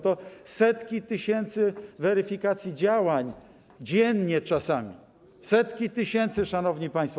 To setki tysięcy weryfikacji, działań dziennie, czasami setki tysięcy, szanowni państwo.